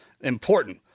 important